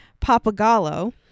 papagallo